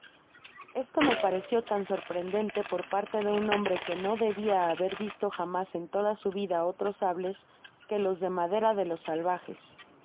esto m e parecio tan sorprendente por parte de un hombre que no debia haber visto jamás en toda su vida otros sables que los de madera de los salvajes